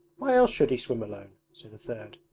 why else should he swim alone said a third.